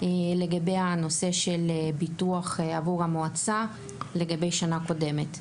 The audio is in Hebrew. לגבי הנושא של הביטוח עבור המועצה לגבי השנה הקודמת.